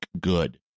good